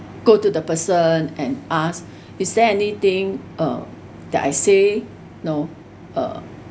go to the person and ask is there anything uh that I say know uh